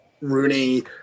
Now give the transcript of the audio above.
Rooney